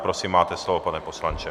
Prosím, máte slovo, pane poslanče.